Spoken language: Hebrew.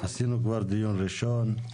עשינו כבר דיון ראשון,